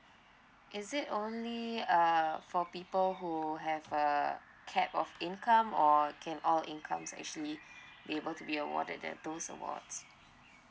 is it only uh for people who have uh cap of income or can all income actually be able to be awarded that those awards